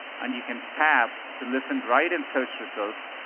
and you can tap to listen right in search results,